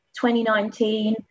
2019